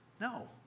No